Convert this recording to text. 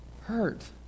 Hurt